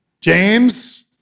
James